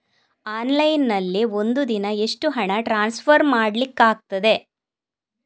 Online ನಲ್ಲಿ ಒಂದು ದಿನ ಎಷ್ಟು ಹಣ ಟ್ರಾನ್ಸ್ಫರ್ ಮಾಡ್ಲಿಕ್ಕಾಗ್ತದೆ?